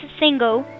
single